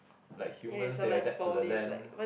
like humans they adapt to the land